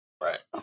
Right